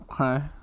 okay